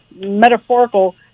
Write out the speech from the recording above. metaphorical